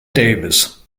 davis